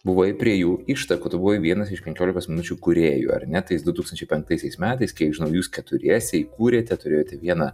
buvai prie jų ištakų tu buvai vienas iš penkiolikos minučių kūrėju ar ne tais du tūkstančiai penktaisiais metais kiek žinau jūs keturiese įkūrėte turėjote vieną